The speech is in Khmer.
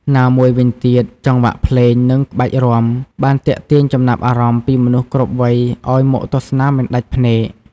ណាមួយវិញទៀតចង្វាក់ភ្លេង និងក្បាច់រាំ បានទាក់ទាញចំណាប់អារម្មណ៍ពីមនុស្សគ្រប់វ័យឲ្យមកទស្សនាមិនដាច់ភ្នែក។